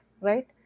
right